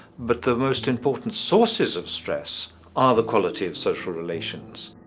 but the most important sources of stress are the quality of social relations.